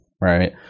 right